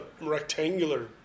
rectangular